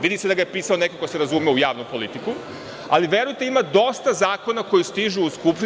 Vidi se da ga je pisao neko ko se razume u javnu politiku, ali verujte, ima dosta zakona koji stižu u Skupštinu.